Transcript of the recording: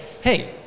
hey